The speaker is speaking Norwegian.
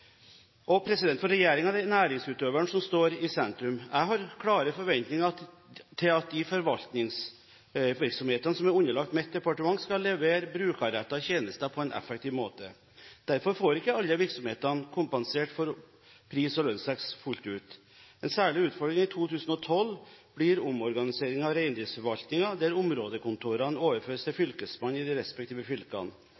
For regjeringen er det næringsutøveren som står i sentrum. Jeg har klare forventninger til at de forvaltningsvirksomhetene som er underlagt mitt departement, skal levere brukerrettede tjenester på en effektiv måte. Derfor får ikke alle virksomhetene kompensert for pris- og lønnsvekst fullt ut. En særlig utfordring i 2012 blir omorganisering av Reindriftsforvaltningen, der områdekontorene overføres til